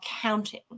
counting